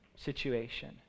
situation